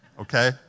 okay